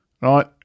right